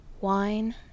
wine